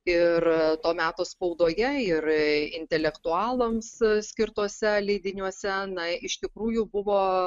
ir to meto spaudoje ir intelektualams skirtuose leidiniuose na iš tikrųjų buvo